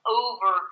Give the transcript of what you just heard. over